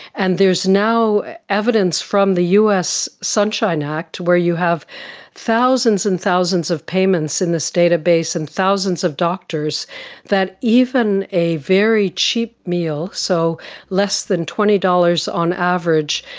and there is now evidence from the us sunshine act where you have thousands and thousands of payments in this database and thousands of doctors that even a very cheap meal, so less than twenty dollars on average,